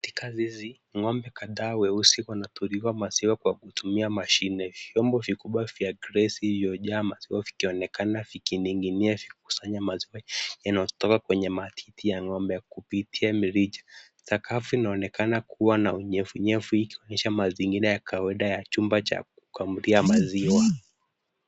Katika zizi ng'ambe kadhaa weusi wanatolewa maziwa kwa kutumia mashine. Vyombo vikubwa vya gresi iliyojaa maziwa viki onekana vikining'inia vikukusanya mazuri yanayotoka kwenye matiti ya ng'ombe ya kupitia mirija. Sakafu inaonekana kuwa na unyevunyevu kisha mazingira ya kawaida ya chumba cha kukamulia maziwa.